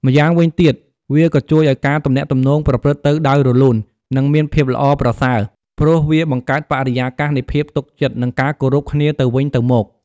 ម្យ៉ាងវិញទៀត វាក៏ជួយឲ្យការទំនាក់ទំនងប្រព្រឹត្តទៅដោយរលូន និងមានភាពល្អប្រសើរ ព្រោះវាបង្កើតបរិយាកាសនៃភាពទុកចិត្ត និងការគោរពគ្នាទៅវិញទៅមក។